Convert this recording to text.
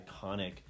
iconic